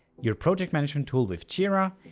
your project management tool with jira,